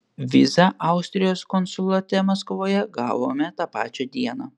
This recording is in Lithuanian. vizą austrijos konsulate maskvoje gavome tą pačią dieną